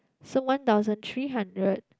so one thousand three hundred